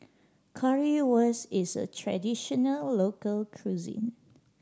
currywurst is a traditional local cuisine